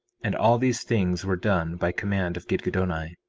and all these things were done by command of gidgiddoni.